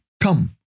come